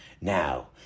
Now